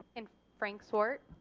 and frank swart.